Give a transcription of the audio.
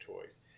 choice